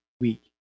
week